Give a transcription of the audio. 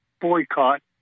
boycott